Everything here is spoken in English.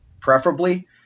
preferably